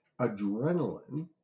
adrenaline